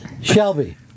Shelby